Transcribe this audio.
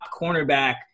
cornerback